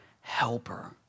helper